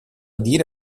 dire